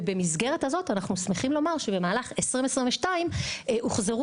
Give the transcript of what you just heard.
ובמסגרת הזו אנחנו שמחים לומר בשנת 2022 הוחזרו